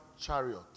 chariot